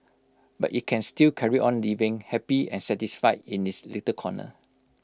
but IT can still carry on living happy and satisfied in its little corner